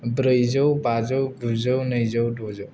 ब्रैजौ बाजौ गुजौ नैजौ द'जौ